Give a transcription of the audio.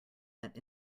that